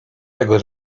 tego